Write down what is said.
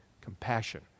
compassion